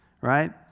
right